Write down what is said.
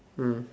mm